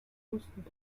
pusten